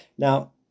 Now